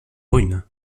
brunes